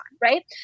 Right